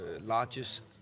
largest